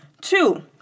Two